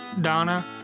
Donna